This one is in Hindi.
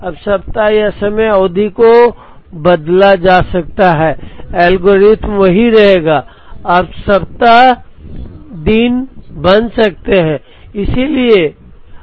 अब सप्ताह या समय अवधि को बदला जा सकता है एल्गोरिथ्म वही रहेगा अब सप्ताह दिन बन सकते हैं